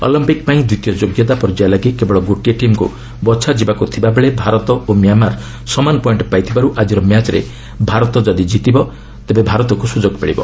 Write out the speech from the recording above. Olympic ପାଇଁ ଦ୍ୱିତୀୟ ଯୋଗ୍ୟତା ପର୍ଯ୍ୟାୟ ଲାଗି କେବଳ ଗୋଟିଏ ଟିମ୍କୁ ବଚ୍ଚାଯିବାକୁ ଥିବା ବେଳେ ଭାରତ ଓ ମିଆଁମାର ସମାନ ପଏଣ୍ଟ ପାଇଥିବାରୁ ଆକିର ମ୍ୟାଚ୍ରେ ଭାରତ କ୍ରିତିଲେ ଭାରତକୁ ସୁଯୋଗ ମିଳିବ